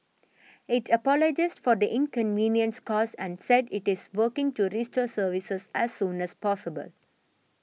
it apologised for the inconvenience caused and said it is working to restore services as soon as possible